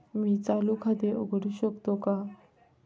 मी चालू खाते उघडू शकतो का?